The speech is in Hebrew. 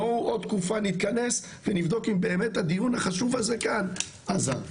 בואו עוד תקופה נתכנס ונבדוק אם באמת הדיון החשוב הזה כאן עזר.